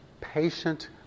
patient